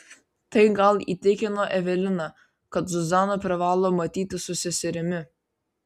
tai gal įtikino eveliną kad zuzana privalo matytis su seserimi